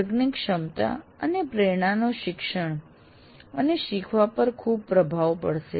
વર્ગની ક્ષમતા અને પ્રેરણા નો શિક્ષણ અને શીખવા પર ખૂબ પ્રભાવ પડશે